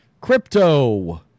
Crypto